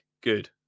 good